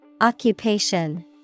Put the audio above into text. Occupation